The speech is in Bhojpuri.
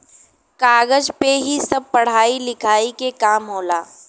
कागज पे ही सब पढ़ाई लिखाई के काम होला